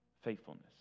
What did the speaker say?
faithfulness